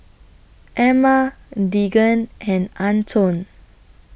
Emma Deegan and Antone